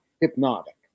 hypnotic